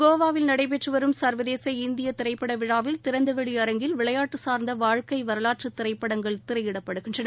கோவாவில் நடைபெற்று வரும் சர்வதேச இந்திய திரைப்பட விழாவில் திறந்த வெளி அரங்கில் விளையாட்டு சார்ந்த வாழ்க்கை வரலாற்று திரைப்படங்கள் திரையிடப்படுகின்றன